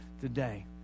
today